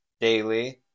daily